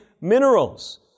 minerals